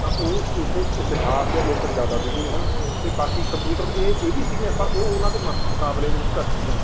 ਤਾਂ ਉਹ ਇਸੇ ਇਤਿਹਾਸ ਦੇ ਰਿਲੇਟਡ ਜ਼ਿਆਦਾ ਸੀਗੀਆਂ ਹਨ ਅਤੇ ਬਾਕੀ ਕੰਪਿਊਟਰ ਇਹ ਇਹ ਵੀ ਸੀਗੀਆਂ ਪਰ ਉਹ ਉਹਨਾਂ ਦੇ ਮੁਕਾਬਲੇ ਦੇ ਵਿੱਚ ਘੱਟ ਸੀਗੀਆਂ